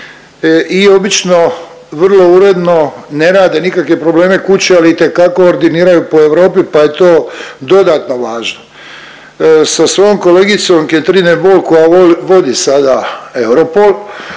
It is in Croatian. i obično vrlo uredno ne rade nikakve probleme kući ali itekako ordiniraju po Europi pa je to dodatno važno. Sa svojom kolegicom Catherine De Bolle koja voda sada Europol,